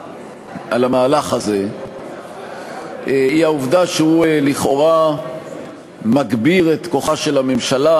על המהלך הזה היא שהוא לכאורה מגביר את כוחה של הממשלה,